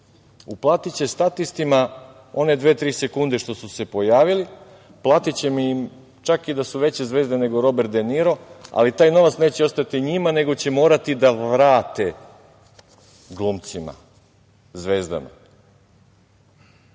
uplatiće statistima one dve-tri sekunde što su se pojavili, platiće im čak i da su veće zvezde nego Robert de Niro, ali taj novac neće ostati njima nego će morati da vrate glumcima, zvezdama. Vlasnik